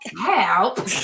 Help